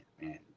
man